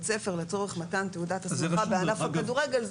ספר לצורך מתן תעודת הסמכה בענף הכדורגל,